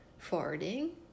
farting